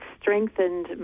strengthened